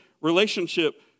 relationship